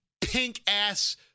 pink-ass